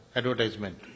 advertisement